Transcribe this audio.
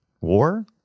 War